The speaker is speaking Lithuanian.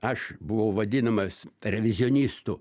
aš buvau vadinamas revizionistu